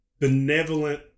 benevolent